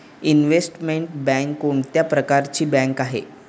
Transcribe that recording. Investment bank कोणत्या प्रकारची bank आहे?